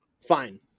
fine